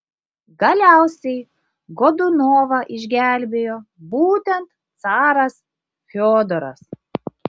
galiausiai godunovą išgelbėjo būtent caras fiodoras